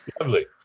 Lovely